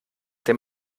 dem